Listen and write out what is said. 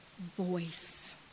voice